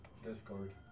discord